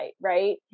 right